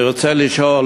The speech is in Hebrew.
אני רוצה לשאול,